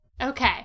okay